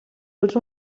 tots